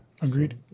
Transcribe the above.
agreed